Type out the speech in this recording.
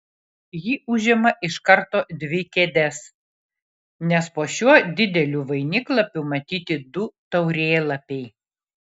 ji užima iš karto dvi kėdes nes po šiuo dideliu vainiklapiu matyti du taurėlapiai